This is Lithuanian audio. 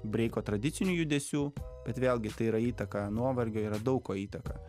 breiko tradicinių judesių bet vėlgi tai yra įtaka nuovargio yra daug ko įtaka